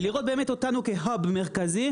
ולראות אותנו באמת --- מרכזי,